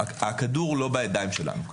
הכדור הוא לא בידיים שלנו.